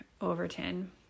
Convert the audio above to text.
Overton